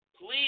please